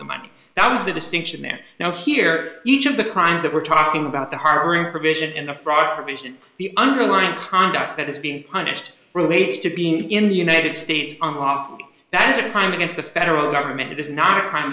the money that was the distinction there now here each of the crimes that we're talking about the harun provision in the broader vision the underlying conduct that is being punished relates to being in the united states that is a crime against the federal government it is not a crime